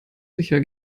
sicher